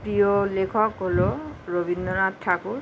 প্রিয় লেখক হলো রবীন্দ্রনাথ ঠাকুর